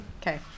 Okay